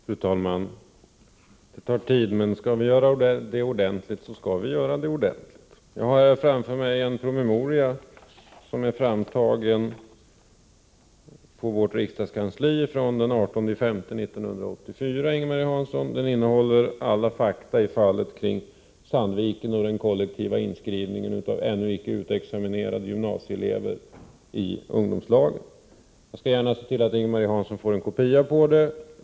Fru talman! Det här tar tid, men skall vi göra det ordentligt så skall vi. Jag har framför mig en promemoria som är framtagen på vårt riksdagskansli den 18 maj 1984. Den innehåller alla fakta i fallet Sandviken och den kollektiva inskrivningen av ännu icke utexaminerade gymnasieelever i ungdomslag. Jag skall gärna se till att Ing-Marie Hansson får en kopia av den.